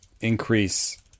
increase